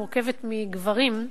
מורכבת מגברים,